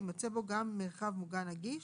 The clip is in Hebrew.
יימצא בו גם מרחב מוגן נגיש,